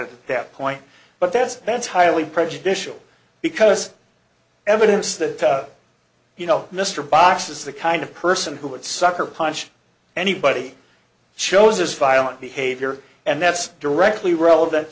about it that point but that's that's highly prejudicial because evidence that you know mr box is the kind of person who would sucker punch anybody shows as violent behavior and that's directly relevant